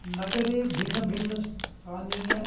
नगरे भिन्नभिन्नस्थानीय